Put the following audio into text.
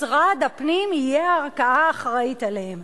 לבית-המשפט העליון, אומרים להם: